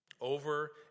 Over